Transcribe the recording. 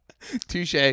touche